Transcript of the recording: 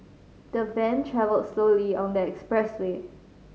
the van travelled slowly on the expressway